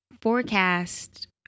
forecast